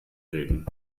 reden